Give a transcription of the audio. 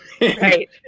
Right